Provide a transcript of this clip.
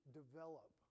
develop